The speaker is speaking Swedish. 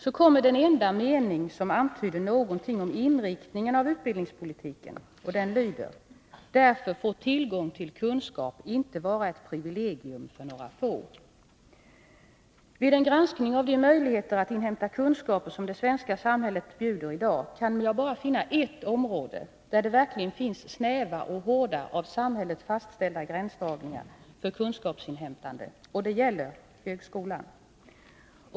Så kommer den enda mening som antyder något om inriktningen av utbildningspolitiken, och den lyder: ”Därför får tillgång till kunskap inte vara ett privilegium för en avgränsad krets.” Vid en granskning av de möjligheter att inhämta kunskaper som det svenska samhället bjuder i dag kan man bara finna ett område där det verkligen finns snäva och hårda, av samhället fastställda gränsdragningar för kunskapsinhämtande, och det är högskolan.